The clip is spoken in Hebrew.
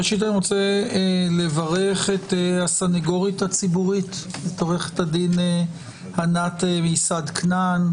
ראשית אני רוצה לברך את הסנגורית הציבורית עו"ד ענת מיסד כנען,